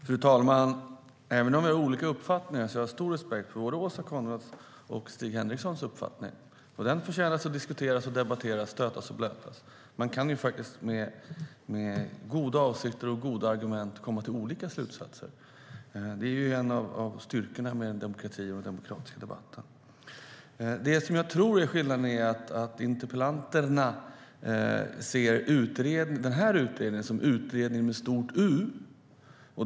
Fru talman! Vi har olika uppfattningar, men jag har stor respekt för både Åsa Coenraads och Stig Henrikssons uppfattningar. Detta förtjänar att diskuteras och debatteras, stötas och blötas. Man kan faktiskt med goda avsikter och goda argument komma till olika slutsatser. Det är en av styrkorna med demokratin och den demokratiska debatten. Det som jag tror är skillnaden är att interpellanterna ser den här utredningen som Utredningen med stort U.